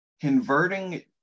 converting